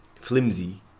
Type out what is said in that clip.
Flimsy